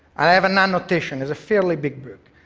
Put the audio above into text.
i have an annotation it's a fairly big book.